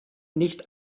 nicht